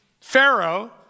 Pharaoh